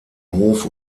hof